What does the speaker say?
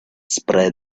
spread